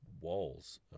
walls